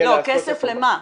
כסף למה?